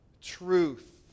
truth